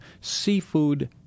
seafood